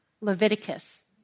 Leviticus